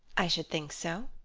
i should think so.